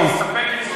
להסתפק.